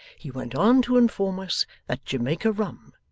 he went on to inform us that jamaica rum,